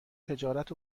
تجارت